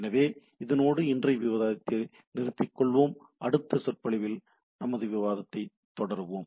எனவே இதனோடு இன்றைய விவாதத்தை நிறுத்திக்கொள்வோம் அடுத்த சொற்பொழிவில் நமது விவாதத்தைத் தொடருவோம்